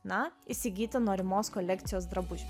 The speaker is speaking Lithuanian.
na įsigyti norimos kolekcijos drabužių